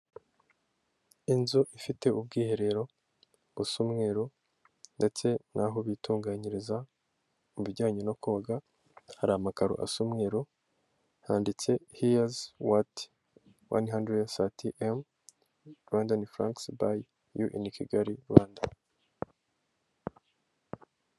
Inzu ifite ubwiherero busa umweru ndetse n'aho bitunganyiriza mu bijyanye no koga hari amakaro asa umweru ,handitse hiya izi wati 130 miriyoni Rwf buyizi yu ini kigali Rwanda ( here's what 130 m Rwf buys you in Kigali Rwanda).